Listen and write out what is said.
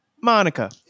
Monica